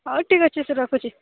ହଉ ଠିକ୍ ଅଛି ସେ ରଖୁଚି